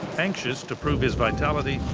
anxious to prove his vitality,